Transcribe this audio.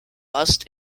bust